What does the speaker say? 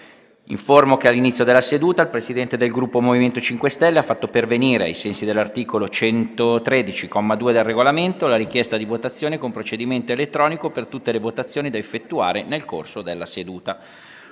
che all'inizio della seduta il Presidente del Gruppo MoVimento 5 Stelle ha fatto pervenire, ai sensi dell'articolo 113, comma 2, del Regolamento, la richiesta di votazione con procedimento elettronico per tutte le votazioni da effettuare nel corso della seduta.